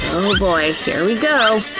oh boy, here we go.